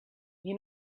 you